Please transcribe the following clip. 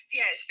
yes